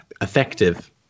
effective